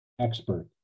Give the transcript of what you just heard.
expert